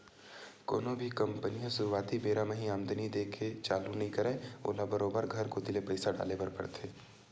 कोनो भी कंपनी ह सुरुवाती बेरा म ही आमदानी देय के चालू नइ करय ओला बरोबर घर कोती ले पइसा डाले बर परथे